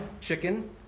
chicken